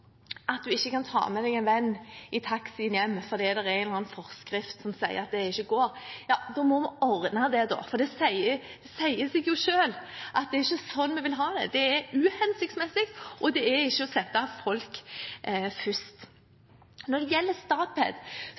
at man ikke kan ta med seg en venn i taxien hjem fordi det er en eller annen forskrift som sier at det ikke går, må vi ordne det, for det sier seg selv at det er ikke sånn vi vil ha det. Det er uhensiktsmessig, og det er ikke å sette folk først. Når det gjelder